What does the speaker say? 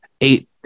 eight